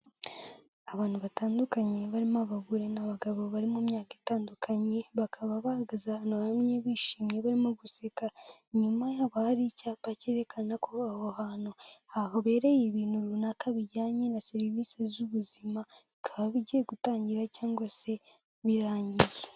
Abantu batandukanye barimo abagore n'abagabo bari mu myaka itandukanye bakaba bahagaze ahantu hamwe bishimye barimo guseka inyuma haba hari icyapa cyerekana ko aho hantu hahabereye ibintu runaka bijyanye na serivisi z'ubuzima bikaba bigiye gutangira cyangwa se birangiye.